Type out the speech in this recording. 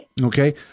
Okay